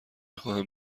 خواهم